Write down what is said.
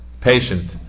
patient